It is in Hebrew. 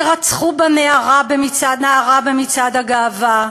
שרצחו בה נערה במצעד הגאווה,